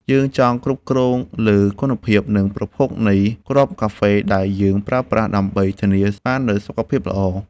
យើងចង់គ្រប់គ្រងលើគុណភាព និងប្រភពនៃគ្រាប់កាហ្វេដែលយើងប្រើប្រាស់ ដើម្បីធានាបាននូវសុខភាពល្អ។